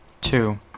two